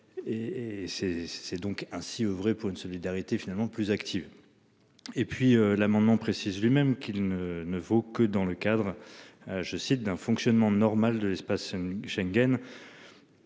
c'est donc ainsi oeuvrer pour une solidarité finalement plus active. Et puis l'amendement précise lui-même qu'il ne ne vaut que dans le cadre. Je cite d'un fonctionnement normal de l'espace Schengen.